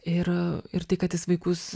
ir ir tai kad jis vaikus